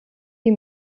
die